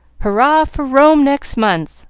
hurrah for rome, next month